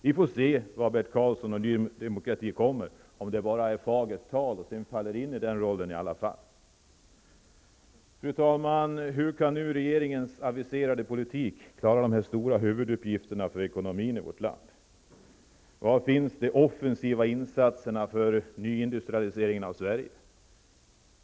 Vi får se vad Bert Karlsson och ny demokrati kommer med, om det bara rör sig om fagert tal och om ni sedan i alla fall faller in i den rollen. Fru talman! Hur kan nu regeringens aviserade politik klara de stora huvuduppgifterna för ekonomin i vårt land? Var finns de offensiva insatserna för en ny industrialisering av Sverige?